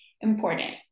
important